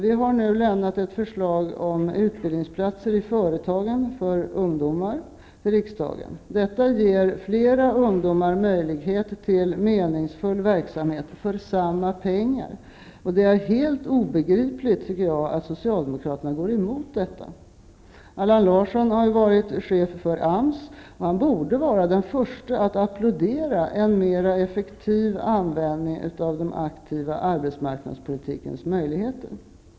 Vi har nu lämnat ett förslag till riksdagen om utbildningsplatser i företag för ungdomar. Detta ger flera ungdomar möjlighet till meningsfull verksamhet för samma pengar. Det är helt obegripligt, tycker jag, att Socialdemokraterna går emot detta. Allan Larsson har ju varit chef för AMS. Han borde vara den förste att applådera en mer effektiv användning av den aktiva arbetsmarknadspolitikens möjligheter.